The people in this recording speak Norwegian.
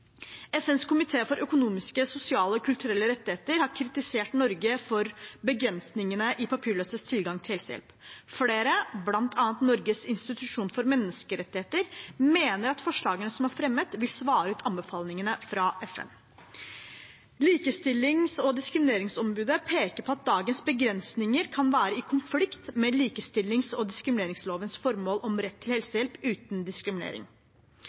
FNs komité for økonomiske, sosiale og kulturelle rettigheter har kritisert Norge for begrensningene i papirløses tilgang til helsehjelp. Flere, bl.a. Norges institusjon for menneskerettigheter, mener at forslagene som er fremmet, vil svare ut anbefalingene fra FN. Likestillings- og diskrimineringsombudet peker på at dagens begrensninger kan være i konflikt med likestillings- og diskrimineringslovens formål om rett til helsehjelp uten diskriminering.